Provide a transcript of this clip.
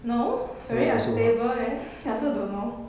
no really unstable leh I also don't know